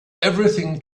everything